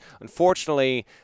unfortunately